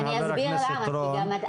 חבר הכנסת רון,